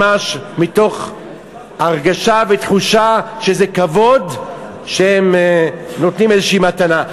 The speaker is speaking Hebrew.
ממש מתוך הרגשה ותחושה שזה כבוד שהם נותנים איזושהי מתנה.